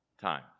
time